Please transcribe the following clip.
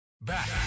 Back